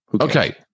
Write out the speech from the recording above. okay